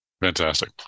Fantastic